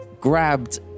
grabbed